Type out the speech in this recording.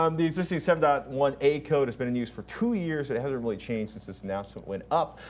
um the existing seven point ah one a code has been in use for two years, and it hasn't really changed since it's announcement went up.